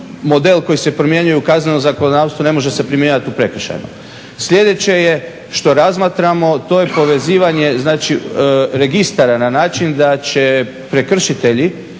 koji se primjenjuje u kaznenom zakonodavstvu ne može se primjenjivati u prekršajnom. Sljedeće je, što razmatramo, to je povezivanje registara na način da će prekršitelji,